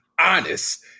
honest